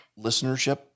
listenership